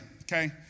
okay